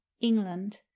England